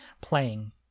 playing